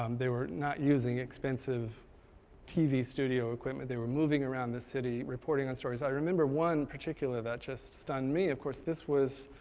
um they were not using expensive tv studio equipment. were moving around the city reporting on stories. i remember one particular that just stunned me, of course this was